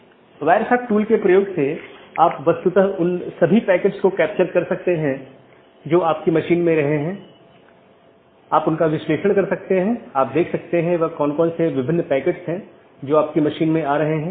अब अगर हम BGP ट्रैफ़िक को देखते हैं तो आमतौर पर दो प्रकार के ट्रैफ़िक होते हैं एक है स्थानीय ट्रैफ़िक जोकि एक AS के भीतर ही होता है मतलब AS के भीतर ही शुरू होता है और भीतर ही समाप्त होता है